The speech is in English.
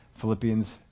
Philippians